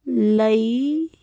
ਲਈ